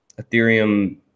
Ethereum